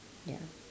ya